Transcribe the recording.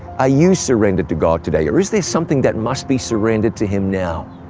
ah you surrendered to god today, or is there something that must be surrendered to him now?